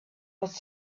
was